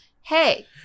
Hey